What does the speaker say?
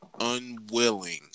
unwilling